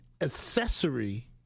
accessory